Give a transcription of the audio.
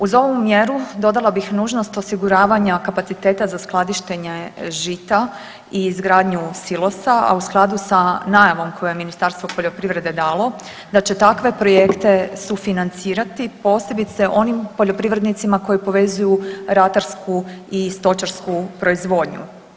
Uz ovu mjeru dodala bih nužnost osiguravanja kapaciteta za skladištenje žita i izgradnju silosa, a u skladu s najavom koju je Ministarstvo poljoprivrede dalo da će takve projekte sufinancirati posebice onim poljoprivrednicima koji povezuju ratarsku i stočarsku proizvodnju.